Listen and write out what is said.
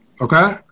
Okay